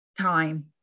time